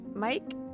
Mike